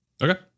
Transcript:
Okay